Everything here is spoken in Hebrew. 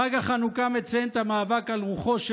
חג החנוכה מציין את המאבק על רוחו של